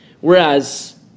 Whereas